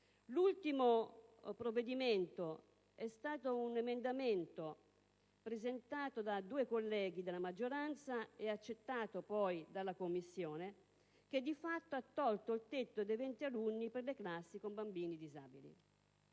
L'ultimo provvedimento è stato un emendamento presentato da due colleghi della maggioranza e accettato poi dalla Commissione; tale emendamento di fatto ha tolto il tetto dei venti alunni per le classi con bambini disabili.